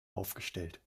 aufgestellt